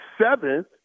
seventh